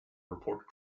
report